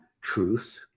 truth